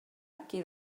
qui